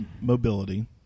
mobility